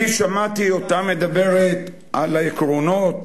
אני שמעתי אותה מדברת על העקרונות